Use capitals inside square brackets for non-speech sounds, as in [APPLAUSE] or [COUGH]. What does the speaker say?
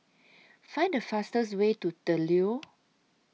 [NOISE] Find The fastest Way to The Leo